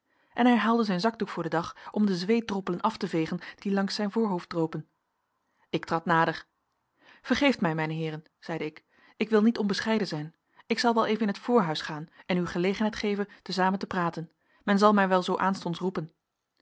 en hij haalde zijn zakdoek voor den dag om de zweetdroppelen af te vegen die langs zijn voorhoofd dropen ik trad nader vergeeft mij mijne heeren zeide ik ik wil niet onbescheiden zijn ik zal wel even in het voorhuis gaan en u gelegenheid geven te zamen te praten men zal mij wel zoo aanstonds roepen